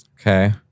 Okay